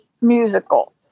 musical